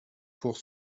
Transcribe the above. pour